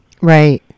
Right